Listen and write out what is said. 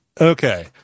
Okay